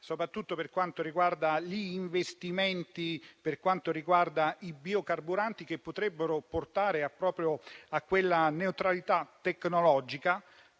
soprattutto per quanto riguarda gli investimenti nel settore dei biocarburanti, che potrebbero portare proprio alla neutralità tecnologica,